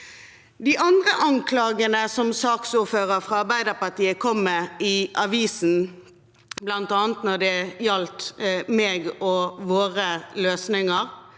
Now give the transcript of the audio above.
De andre anklagene som saksordføreren fra Arbeiderpartiet kom med i avisen, bl.a. når det gjaldt meg og våre løsninger,